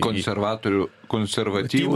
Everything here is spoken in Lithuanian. konservatorių konservatyvų